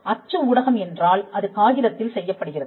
அச்சு ஊடகம் என்றால் அது காகிதத்தில் செய்யப்படுகிறது